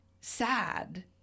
sad